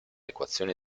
equazioni